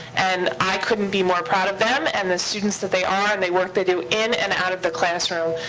and i couldn't be more proud of them and the students that they are and the work they do in and out of the classroom.